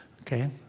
Okay